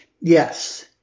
Yes